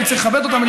אני צריך לכבד אותם.